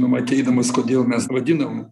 ateidamas kodėl mes vadinam